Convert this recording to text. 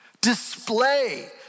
display